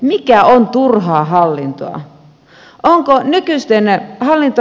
mikä on turhaa hallintoa